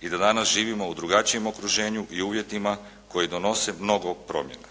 i da danas živimo u drugačijem okruženju i uvjetima koji donose mnogo promjena.